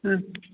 ह्म्